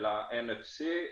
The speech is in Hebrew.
אלא NFC,